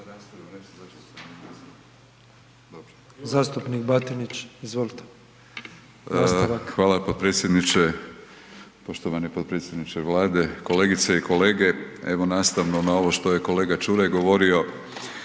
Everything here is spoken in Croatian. Hvala potpredsjedniče, poštovani potpredsjedniče Vlade, kolegice i kolege. Evo, nastavno na ovo što je kolega Čuraj govorio,